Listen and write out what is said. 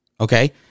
okay